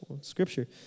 scripture